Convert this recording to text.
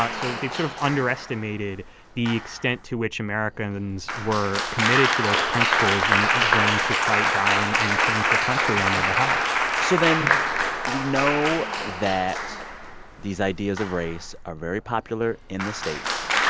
but so they've sort of underestimated the extent to which americans were committed to those principles and willing to fight, die and change the country on their behalf so then we know that these ideas of race are very popular in the states.